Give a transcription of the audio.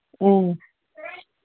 ꯎꯝ